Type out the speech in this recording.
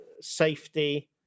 safety